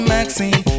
Maxine